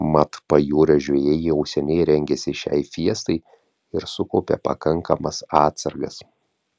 mat pajūrio žvejai jau seniai rengėsi šiai fiestai ir sukaupė pakankamas atsargas